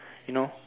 you know